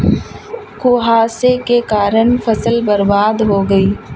कुहासे के कारण फसल बर्बाद हो गयी